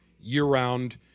year-round